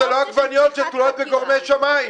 אלו לא עגבניות שתלויות בגורמי שמיים,